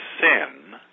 sin